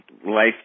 life